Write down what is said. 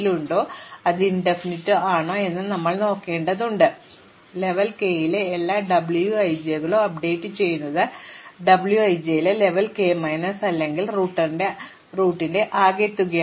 ഇപ്പോൾ ഞങ്ങൾ ഇത് n തവണ അവസാനിക്കുന്നു ഞങ്ങൾ ഈ ആവർത്തനം ചെയ്യുന്നു അതായത് ലെവൽ k ലെ എല്ലാ W i j കളും അപ്ഡേറ്റുചെയ്യുന്നത് W i j ലെ ലെവൽ k മൈനസ് 1 അല്ലെങ്കിൽ റൂട്ടിന്റെ ആകെത്തുകയാണ്